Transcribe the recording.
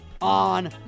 on